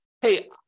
hey